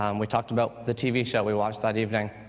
um we talked about the tv show we watched that evening.